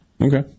Okay